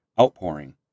outpouring